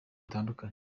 bitandukanye